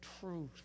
truth